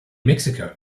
mexico